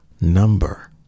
Number